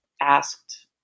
asked